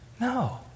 No